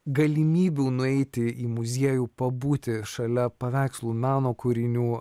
galimybių nueiti į muziejų pabūti šalia paveikslų meno kūrinių